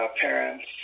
parents